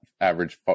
average